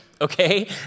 okay